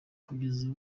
kugeza